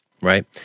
right